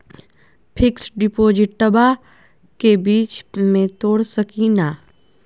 Fix डिपोजिटबा के बीच में तोड़ सकी ना?